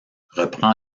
reprend